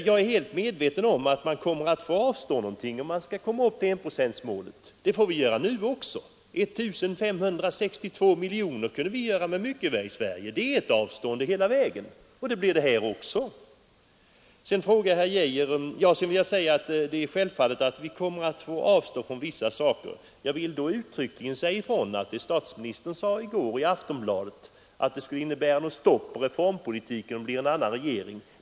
Jag är helt medveten om att man kommer att få avstå någonting om man skall komma upp till enprocentsmålet. Det får vi göra nu också. Med 1 562 miljoner kronor kunde vi göra mycket i Sverige. Det är hela vägen fråga om att avstå. Det blir det här också. Det är självfallet att vi kommer att få avstå från vissa saker. Jag vill då uttryckligen säga ifrån i fråga om vad statsministern sade i Aftonbladet i går. Han sade att det skulle innebära ett stopp i reformpolitiken om det blir en annan regering.